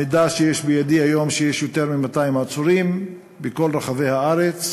המידע שיש בידי היום הוא שיש יותר מ-200 עצורים בכל רחבי הארץ,